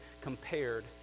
compared